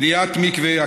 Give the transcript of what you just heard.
בניית מקווה,